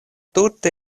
tute